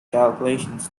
calculations